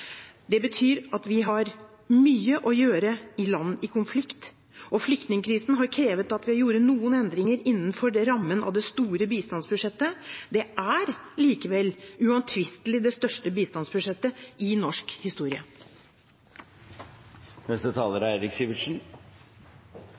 Det betyr at vi har mye å gjøre i land i konflikt. Flyktningkrisen har krevd at vi gjorde noen endringer innenfor rammen av det store bistandsbudsjettet. Det er likevel uomtvistelig det største bistandsbudsjettet i norsk historie.